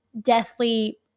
deathly